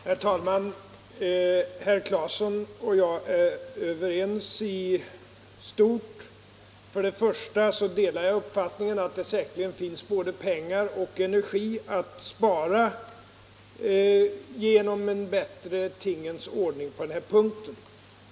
Herr talman! Herr Claeson och jag är överens i stort. För det första delar jag uppfattningen att säkerligen både pengar och energi kan sparas genom en bättre tingens ordning på denna punkt.